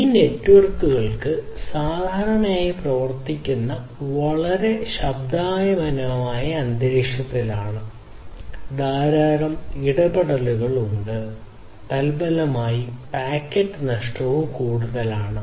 ഈ നെറ്റ്വർക്കുകൾ സാധാരണയായി പ്രവർത്തിക്കുന്നത് വളരെ ശബ്ദായമാനമായ അന്തരീക്ഷത്തിലാണ് ധാരാളം ഇടപെടലുകൾ ഉണ്ട് തത്ഫലമായി പാക്കറ്റ് നഷ്ടവും കൂടുതലാണ്